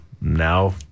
now